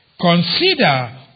consider